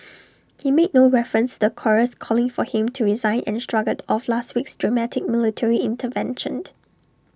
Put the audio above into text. he made no reference to the chorus calling for him to resign and shrugged off last week's dramatic military intervention